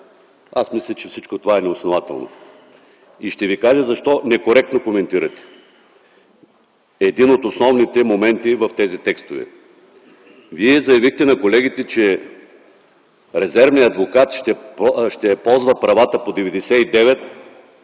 Мисля, че всичко това е неоснователно. Ще ви кажа защо некоректно коментирате един от основните моменти в тези текстове. Вие заявихте на колегите, че резервният адвокат ще ползва правата по чл.